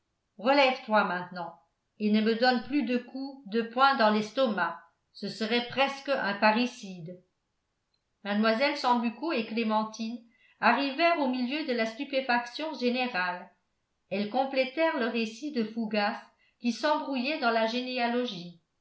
relève-toi maintenant et ne me donne plus de coups de poing dans l'estomac ce serait presque un parricide mlle sambucco et clémentine arrivèrent au milieu de la stupéfaction générale elles complétèrent le récit de fougas qui s'embrouillait dans la généalogie